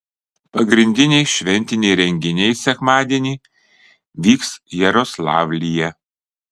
pagrindiniai šventiniai renginiai sekmadienį vyks jaroslavlyje